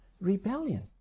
rebellion